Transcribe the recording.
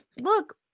look